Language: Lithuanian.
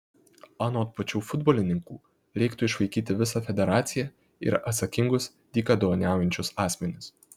anot pačių futbolininkų reiktų išvaikyti visą federaciją ir atsakingus dykaduoniaujančius asmenis